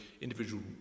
individual